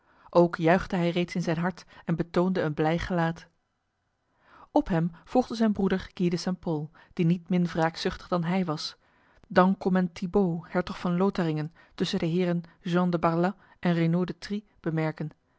ook juichte hij reeds in zijn hart en betoonde een blij gelaat op hem volgde zijn broeder guy de st pol die niet min wraakzuchtig dan hij was dan kon men thibaud hertog van lotharingen tussen de heren jean de barlas en renauld de trie